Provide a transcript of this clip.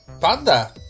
Panda